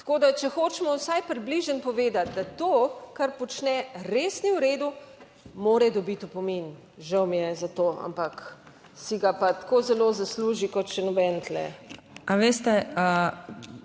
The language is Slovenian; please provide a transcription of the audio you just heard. tako da če hočemo vsaj približno povedati, da to kar počne, res ni v redu, mora dobiti opomin. Žal mi je za to, ampak si ga pa tako zelo zasluži, kot še noben tu.